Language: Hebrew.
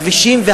הכבישים,